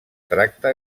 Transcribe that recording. tracte